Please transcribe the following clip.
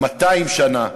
200 שנה,